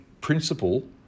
principle